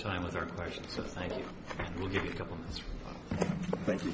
time with her question so thank you